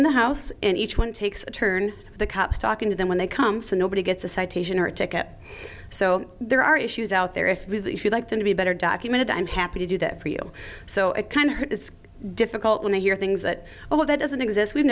in the house and each one takes a turn the cops talking to them when they come so nobody gets a citation or a ticket so there are issues out there if you like them to be better documented i'm happy to do that for you so it kind of is difficult when i hear things that well that doesn't exist we've